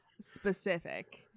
specific